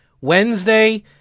Wednesday